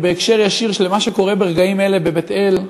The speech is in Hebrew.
ובהקשר ישיר למה שקורה ברגעים אלה בבית-אל: